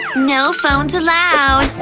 no phones allowed!